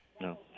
No